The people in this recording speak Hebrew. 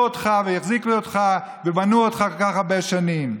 אותך והחזיקו אותך ובנו אותך כל כך הרבה שנים,